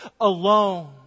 alone